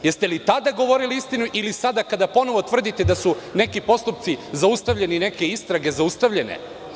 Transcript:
Da li ste tada govorili ili sada kada ponovo tvrdite da su neki postupci zaustavljeni, neke istrage zaustavljene?